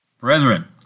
Brethren